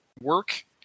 work